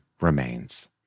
remains